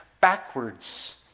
backwards